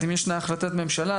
אם ישנה החלטת ממשלה.